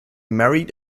married